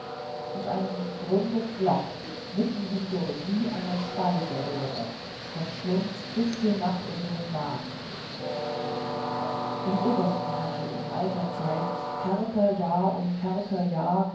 und ein rundes loch mitten hindurch wie eine speiseröhre vom schlund bis hinab in den magen im obersten hatte in alter zeit kerkerjahr um kerkerjahr